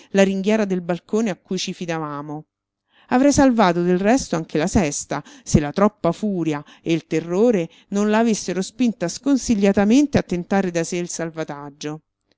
la ringhiera del balcone a cui ci fidavamo avrei salvato del resto anche la sesta se la troppa furia e il terrore non la avessero spinta sconsigliatamente a tentare da sé il salvataggio